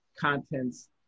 contents